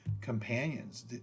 companions